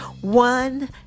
One